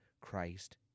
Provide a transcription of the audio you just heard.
Christ